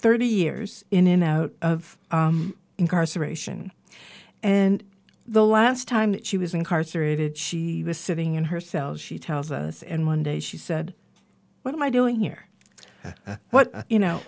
thirty years in and out of incarceration and the last time she was incarcerated she was sitting in her cell she tells us and one day she said what am i doing here what you know